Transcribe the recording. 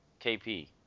KP